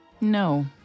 No